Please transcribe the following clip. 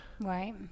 right